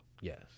yes